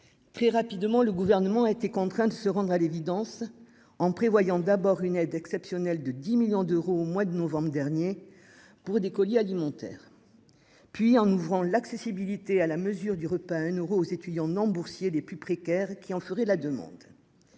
Très rapidement, le gouvernement. Contraint de se rendre à l'évidence en prévoyant d'abord une aide exceptionnelle de 10 millions d'euros au mois de novembre dernier. Pour des colis alimentaires. Puis en ouvrant l'accessibilité à la mesure du repas à un euro aux étudiants non boursiers des plus précaires qui en feraient la demande.